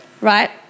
Right